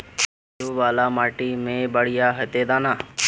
बालू वाला माटी में बढ़िया होते दाना?